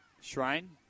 Shrine